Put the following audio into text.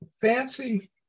fancy